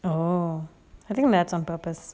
oh I think that's on purpose